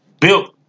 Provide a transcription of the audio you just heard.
built